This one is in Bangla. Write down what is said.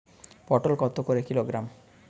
পটল কত করে কিলোগ্রাম?